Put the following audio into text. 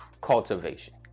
cultivation